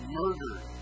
murdered